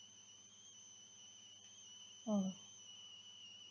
mm